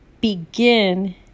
begin